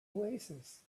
oasis